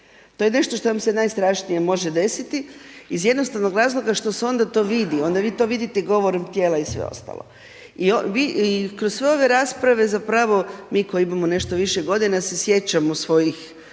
To je nešto što vam se najstrašnije može desiti, iz jednostavnog razloga, što se onda to vidi, onda vi to vidite i govorom tijela i sve ostalo. I vi kroz sve ove rasprave, zapravo, mi koji imamo nešto više godina se sjećam svojih